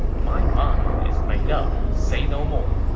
my mind is made up say no more.